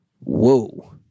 whoa